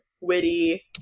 witty